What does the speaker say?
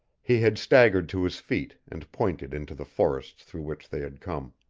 he had staggered to his feet, and pointed into the forests through which they had come.